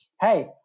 hey